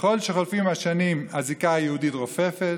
ככל שחולפות השנים, הזיקה היהודית רופפת